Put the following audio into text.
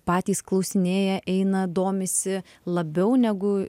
patys klausinėja eina domisi labiau negu